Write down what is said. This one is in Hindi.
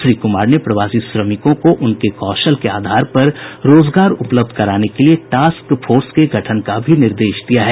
श्री कुमार ने प्रवासी श्रमिकों को उनके कौशल के आधार पर रोजगार उपलब्ध कराने के लिए टास्क फोर्स के गठन का भी निर्देश दिया है